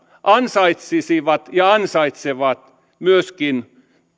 ansaitsisivat ja ansaitsevat myöskin